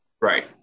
Right